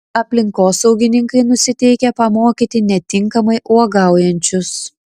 aplinkosaugininkai nusiteikę pamokyti netinkamai uogaujančius